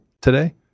today